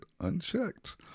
unchecked